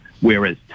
Whereas